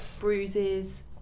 bruises